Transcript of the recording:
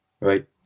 right